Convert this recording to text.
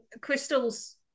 crystals